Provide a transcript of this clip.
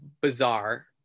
bizarre